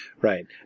right